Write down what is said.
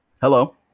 Hello